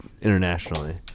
internationally